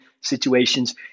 situations